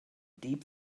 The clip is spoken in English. deep